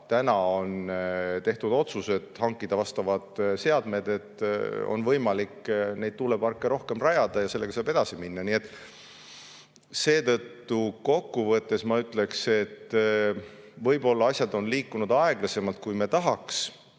Nüüd on tehtud otsus hankida vastavad seadmed, et oleks võimalik tuuleparke rohkem rajada ja sellega saaks edasi minna. Seetõttu kokku võttes ma ütleksin, et võib-olla on asjad liikunud aeglasemalt, kui me tahaks,